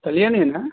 కళ్యాణీయేనా